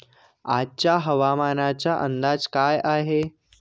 आजचा हवामानाचा अंदाज काय आहे?